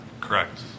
Correct